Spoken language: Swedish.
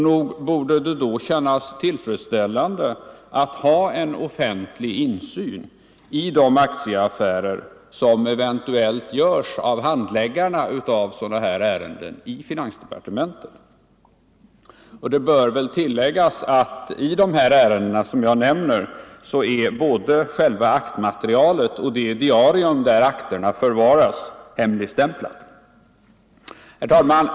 Nog borde det då kännas tillfredsställande att ha en offentlig insyn i de aktieaffärer som eventuellt görs av handläggarna av sådana här ärenden i finansdepartementet. Det bör väl tilläggas att i de ärenden som jag nämner är både själva aktmaterialet och det diarium där akterna förvaras hemligstämplat. Herr talman!